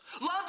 Love